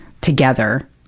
together